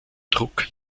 druck